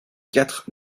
quatre